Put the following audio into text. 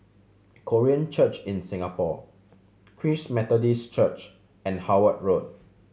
Korean Church in Singapore Christ Methodist Church and Howard Road